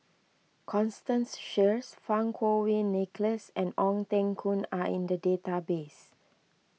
Constance Sheares Fang Kuo Wei Nicholas and Ong Teng Koon are in the database